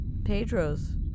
Pedro's